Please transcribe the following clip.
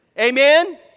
Amen